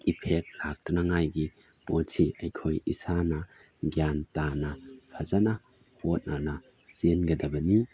effect ꯂꯥꯛꯇꯅꯉꯥꯏꯒꯤ ꯄꯣꯠꯁꯤ ꯑꯩꯈꯣꯏ ꯏꯁꯥꯅ ꯒ꯭ꯌꯥꯟ ꯇꯥꯅ ꯐꯖꯅ ꯍꯣꯠꯅꯅ ꯆꯦꯟꯒꯗꯕꯅꯤ